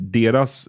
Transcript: deras